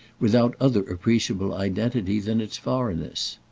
without other appreciable identity than its foreignness.